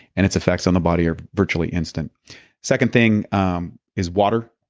and its effects on the body are virtually instant second thing um is water.